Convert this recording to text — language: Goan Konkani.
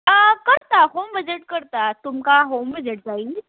करता होम विजीट करता तुमकां होम विजीट जायी